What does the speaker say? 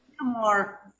More